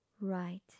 right